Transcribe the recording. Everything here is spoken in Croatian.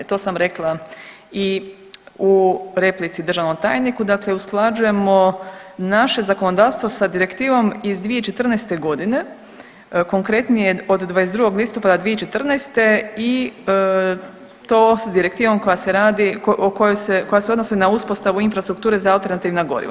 To sam rekla i u replici državnom tajniku, dakle usklađujemo naše zakonodavstvo sa direktivom iz 2014. godine konkretnije od 22. listopada 2014. i to s direktivom koja se radi, koja se odnosi na uspostavu infrastrukture za alternativna goriva.